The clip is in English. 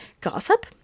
gossip